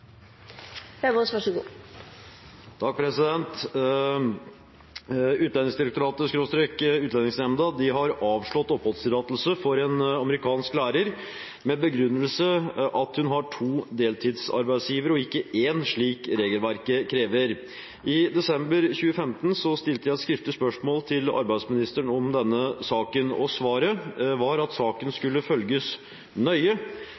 selv tilhører. Så tror jeg fiskeriministeren og representanten Heggø får komme tilbake til Eidesen-utvalget og deltakerloven ved en senere anledning. «UDI/UNE har avslått oppholdstillatelse for en amerikansk lærer med begrunnelse at hun har to deltidsarbeidsgivere og ikke én slik regelverket krever. I desember 2015 stilte jeg skriftlig spørsmål til arbeidsministeren om denne saken, og svaret var at saken skulle følges nøye,